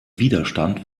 widerstand